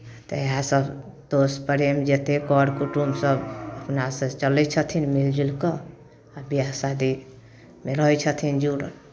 तऽ इएहसभ दोस प्रेम जतेक कर कुटुम सभ अपनासँ चलै छथिन मिलजुलि कऽ आ बियाह शादीमे रहै छथिन जुड़ल